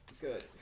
Good